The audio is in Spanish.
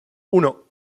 uno